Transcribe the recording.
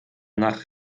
nach